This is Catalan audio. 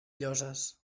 lloses